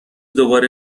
دوباره